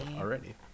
already